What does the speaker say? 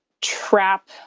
trap